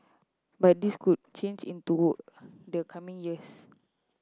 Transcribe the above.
but this could change into the coming years